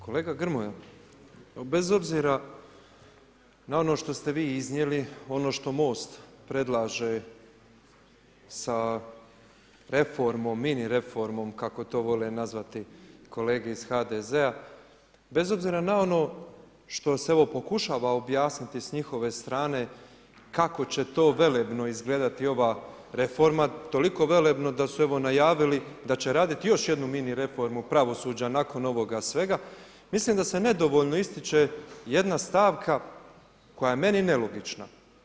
Kolega Grmoja, bez obzira na ono što ste vi iznijeli, ono što MOST predlaže sa mini reformom kako to vole nazvati kolege iz HDZ-a, bez obzira na ono što evo, pokušava objasniti s njihovo strane kako će to velebno izgledati ova reforma, toliko velebno da su evo, najavili da će raditi još jednu mini reformu pravosuđa nakon ovoga svega, mislim da se nedovoljno ističe jedna stavka koja je meni nelogična.